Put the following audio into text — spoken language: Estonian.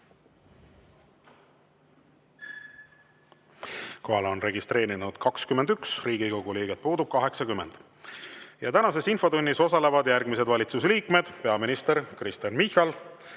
on registreerunud 21 Riigikogu liiget, puudub 80.Tänases infotunnis osalevad järgmised valitsuse liikmed: peaminister Kristen Michal,